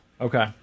Okay